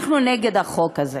אנחנו נגד החוק הזה.